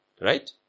Right